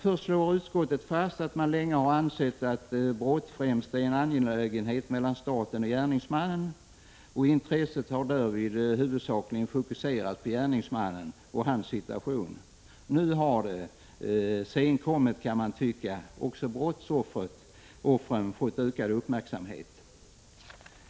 Först slår utskottet fast att man länge har ansett att ett brott främst är en angelägenhet mellan staten och gärningsmannen. Intresset har därvid huvudsakligen fokuserats på gärningsmannen och hans situation. Nu har, senkommet kan man tycka, också brottsoffren fått ökad uppmärksamhet.